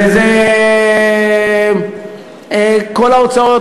וזה כל ההוצאות,